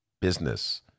business